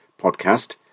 podcast